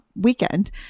weekend